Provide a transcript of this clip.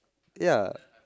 ya